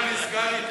מה נסגר איתך?